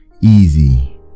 easy